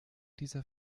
dieser